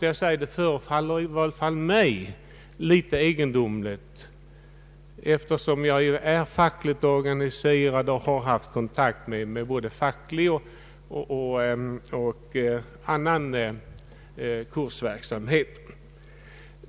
Jag är fackligt organiserad och har haft kontakt med både facklig och annan kursverksamhet.